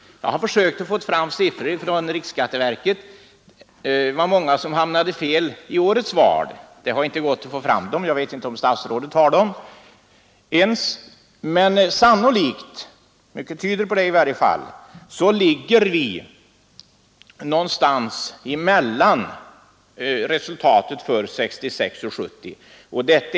Jag har försökt få fram siffror från riksskatteverket om hur många som hamnade fel i årets val. Det har inte gått att få fram dem; jag vet inte om statsrådet har dem ens. Men sannolikt — mycket tyder på det i varje fall — ligger vi någonstans mellan resultaten för 1966 och 1970.